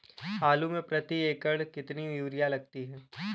आलू में प्रति एकण कितनी यूरिया लगती है?